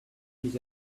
his